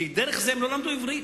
כי כך הם לא למדו עברית.